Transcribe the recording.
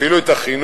אפילו את החינוך,